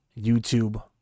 YouTube